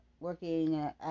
working